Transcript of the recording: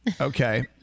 Okay